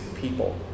people